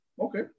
Okay